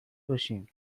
باشیم